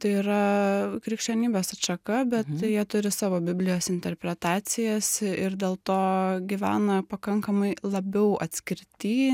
tai yra krikščionybės atšaka bet jie turi savo biblijos interpretacijas ir dėl to gyvena pakankamai labiau atskirty